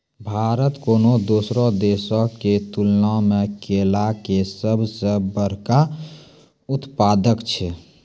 भारत कोनो दोसरो देशो के तुलना मे केला के सभ से बड़का उत्पादक छै